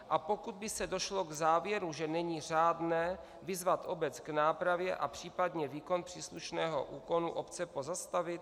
A pokud by se došlo k závěru, že není řádné, vyzvat obec k nápravě a případně výkon příslušného úkonu obce pozastavit?